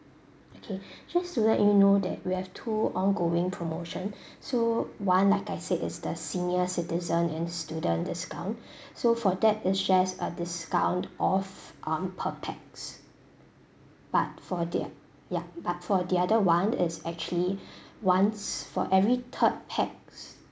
okay just to let you know that we have two ongoing promotion so one like I said is the senior citizen and student discount so for that it's just a discount off um per pax but for their ya but for the other one is actually once for every third pax